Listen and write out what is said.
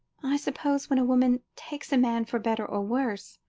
i suppose when a woman takes a man for better or worse,